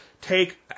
take